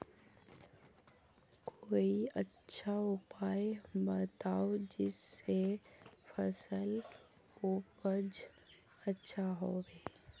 कोई अच्छा उपाय बताऊं जिससे फसल उपज अच्छा होबे